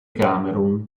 camerun